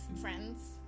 friends